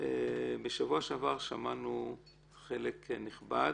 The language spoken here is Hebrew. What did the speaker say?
בשבוע שעבר שמענו חלק נכבד.